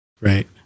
Right